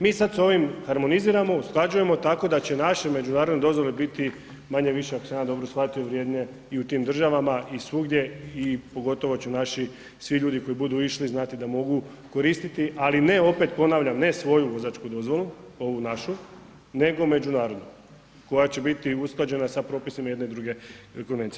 Mi sada s ovim harmoniziramo, usklađujemo tako da će naše međunarodne dozvole biti manje-više ako sam ja dobro shvatio vrijedne i u tim državama i svugdje i pogotovo ću naši svi ljudi koji budu išli znati da mogu koristiti, ali ne opet ponavljam ne svoju vozačku dozvolu ovu našu nego međunarodnu koja će biti usklađena sa propisima jedne i druge konvencije.